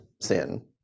sin